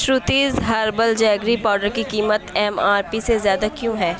شروتیز herbal jaggery powder کی قیمت M R P سے زیادہ کیوں ہے